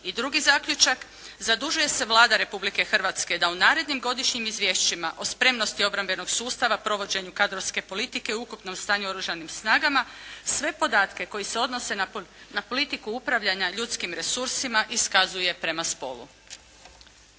I drugi zaključak, zadužuje se Vlada Republike Hrvatske da u narednim godišnjim izvješćima o spremnosti obrambenog sustava, provođenju kadrovske politike u ukupnom stanju u Oružanim snagama, sve podatke koji se odnose na politiku upravljanja ljudskim resursima, iskazuje prema spolu.